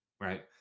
right